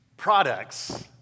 Products